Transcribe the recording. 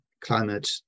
climate